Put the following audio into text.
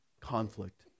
conflict